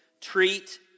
Treat